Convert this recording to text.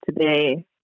Today